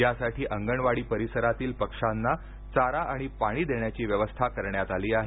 यासाठी अंगणवाडी परिसरातील पक्षांना चारा आणि पाणी देण्याची व्यवस्था करण्यात आली आहे